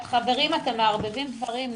חברים, אתם מערבבים דברים.